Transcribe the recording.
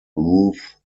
ruth